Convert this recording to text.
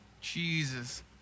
Jesus